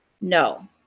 No